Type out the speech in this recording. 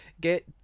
get